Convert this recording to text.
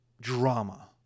drama